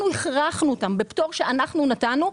אנחנו הכרחנו אותם בפטור שאנחנו נתנו,